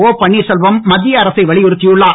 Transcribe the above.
ஆபன்வீர்செல்வம் மத்திய அரசை வலியுறுத்தியுள்ளார்